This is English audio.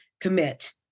commit